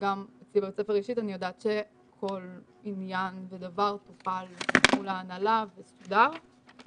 אני יודעת שכל עניין ודבר טופל מול ההנהלה וסודר,